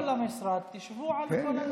תבואו למשרד, תשבו על כל הנושאים.